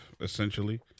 essentially